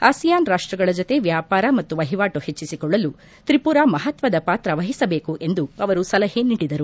ASEAN ರಾಷ್ಟ್ರಗಳ ಜಿತೆ ವ್ಯಾಪಾರ ಮತ್ತು ವಹಿವಾಟು ಹೆಚ್ಚಿಸಿಕೊಳ್ಳಲು ತ್ರಿಪುರ ಮಹತ್ವದ ಪಾತ್ರ ವಹಿಸಬೇಕು ಎಂದು ಅವರು ಸಲಹೆ ನೀಡಿದರು